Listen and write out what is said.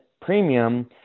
premium